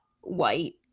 white